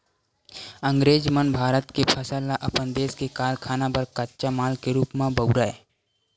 अंगरेज मन भारत के फसल ल अपन देस के कारखाना बर कच्चा माल के रूप म बउरय